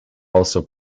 also